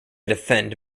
defend